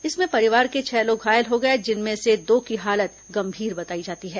इसमें परिवार के छह लोग घायल हो गए जिनमें से दो की हालत गंभीर बताई जाती है